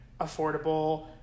affordable